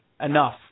enough